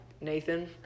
nathan